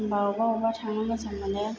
एखमबा अबावबा अबावबा थांनो मोजां मोनो